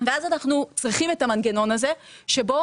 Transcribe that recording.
ואז אנחנו צריכים את המנגנון הזה שבו